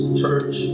church